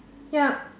yup